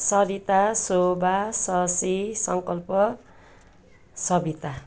Sarita Shobha Shashi Sankalp Sabita